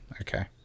Okay